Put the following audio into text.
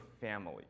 family